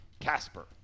Casper